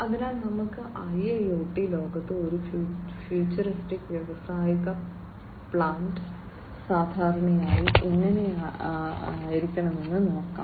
അതിനാൽ നമുക്ക് IIoT ലോകത്ത് ഒരു ഫ്യൂച്ചറിസ്റ്റിക് വ്യാവസായിക പ്ലാന്റ് സാധാരണയായി എങ്ങനെയായിരിക്കുമെന്ന് നോക്കാം